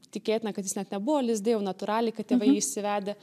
tikėtina kad jis net nebuvo lizde jau natūraliai kad tėvai jį išsivedę